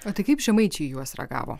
o tai kaip žemaičiai juos ragavo